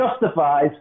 justifies